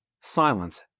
Silence